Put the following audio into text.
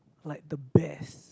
like the best